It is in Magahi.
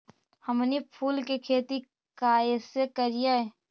हमनी फूल के खेती काएसे करियय?